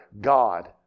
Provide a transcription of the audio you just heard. God